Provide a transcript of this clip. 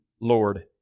Lord